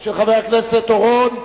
של חבר הכנסת אורון.